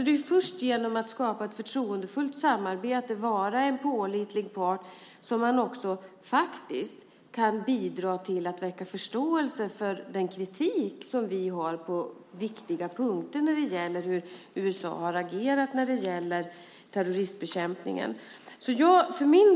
Det är först genom att skapa ett förtroendefullt samarbete och vara en pålitlig part som man faktiskt kan bidra till att väcka förståelse för den kritik som vi har på viktiga punkter när det gäller USA:s agerande i terroristbekämpningen.